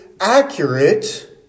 accurate